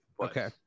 Okay